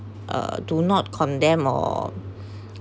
uh do not condemn or